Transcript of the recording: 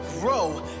grow